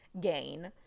gain